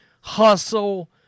hustle